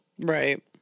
Right